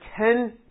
ten